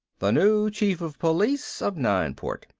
the new chief of police of nineport,